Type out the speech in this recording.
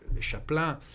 Chaplin